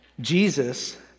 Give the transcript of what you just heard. Jesus